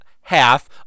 half